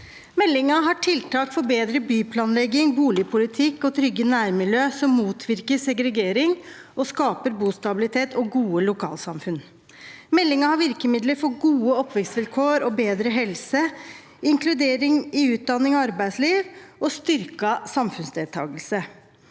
Meldingen har tiltak for bedre byplanlegging, boligpolitikk og trygge nærmiljøer, noe som motvirker segregering og skaper god stabilitet og gode lokalsamfunn. – Meldingen har virkemidler for gode oppvekstvilkår og bedre helse, inkludering i utdanning og arbeidsliv og styrket samfunnsdeltakelse.